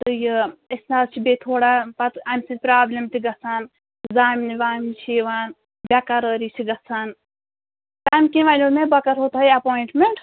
تہٕ یہِ أسۍ نَہ حَظ چھِ بیٚیہِ تھوڑا پَتہٕ اَمہِ سۭتۍ پرٛابلِم تہِ گژھان زامنہِ وامنہِ چھِ یِوان بےقرٲری چھِ گژھان تَمہِ کِنہٕ وَنیو مےٚ بہٕ کَرہو تۄہہِ ایپویِنٛٹمنٛٹ